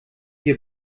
wir